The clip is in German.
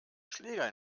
schläger